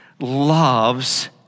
loves